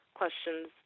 questions